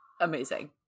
Amazing